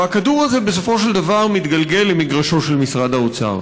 והכדור הזה בסופו של דבר מתגלגל למגרשו של משרד האוצר.